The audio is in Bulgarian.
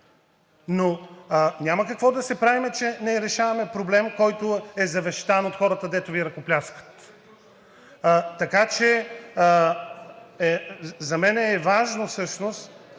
Но няма какво да се правим, че не решаваме проблем, който е завещан от хората, дето Ви ръкопляскат. За мен е важно всъщност